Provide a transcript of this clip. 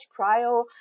cryo